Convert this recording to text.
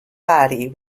body